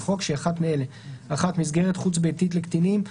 לחוק שהיא אחת מאלה: מסגרת חוץ ביתית לקטינים.